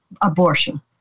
abortion